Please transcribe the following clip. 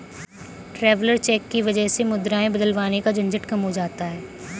traveller cheque की वजह से मुद्राएं बदलवाने का झंझट कम हो जाता है